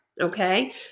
Okay